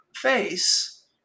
face